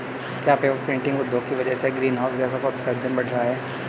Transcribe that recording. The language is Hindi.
क्या पेपर प्रिंटिंग उद्योग की वजह से ग्रीन हाउस गैसों का उत्सर्जन बढ़ रहा है?